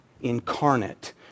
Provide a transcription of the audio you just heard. incarnate